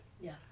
yes